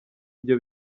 byo